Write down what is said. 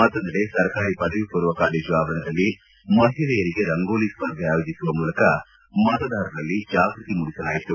ಮತ್ತೊಂದೆಡೆ ಸರ್ಕಾರಿ ಪದವಿ ಮೂರ್ವ ಕಾಲೇಜು ಆವರಣದಲ್ಲಿ ಮಹಿಳೆಯರಿಗೆ ರಂಗೋಲಿ ಸ್ಪರ್ಧೆ ಆಯೋಜಿಸುವ ಮೂಲಕ ಮತದಾರರಲ್ಲಿ ಜಾಗ್ಟತಿ ಮೂಡಿಸಲಾಯಿತು